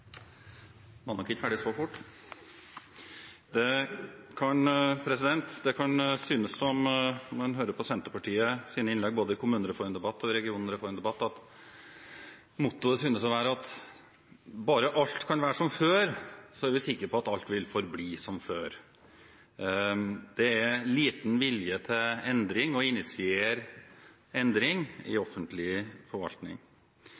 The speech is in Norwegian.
som om mottoet synes å være at bare alt kan være som før, er vi sikre på at alt vil forbli som før. Det er liten vilje til å initiere endring i offentlig forvaltning.